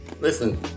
listen